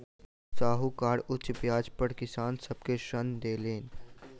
साहूकार उच्च ब्याज पर किसान सब के ऋण देलैन